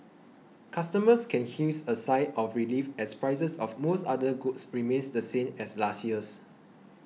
customers can heave a sigh of relief as prices of most other goods remain the same as last year's